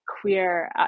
queer